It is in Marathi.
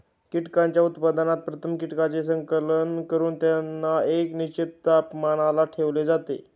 कीटकांच्या उत्पादनात प्रथम कीटकांचे संकलन करून त्यांना एका निश्चित तापमानाला ठेवले जाते